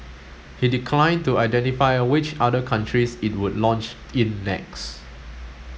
he declined to identify which other countries it would launch in next